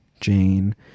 jane